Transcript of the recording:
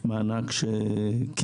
מענק הסבה.